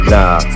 Nah